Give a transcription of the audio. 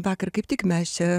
vakar kaip tik mes čia